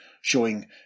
showing